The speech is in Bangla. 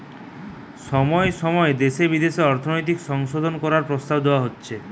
সময় সময় দেশে বিদেশে অর্থনৈতিক সংশোধন করার প্রস্তাব দেওয়া হচ্ছে